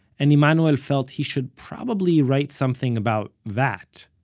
and emanuel felt he should probably write something about that,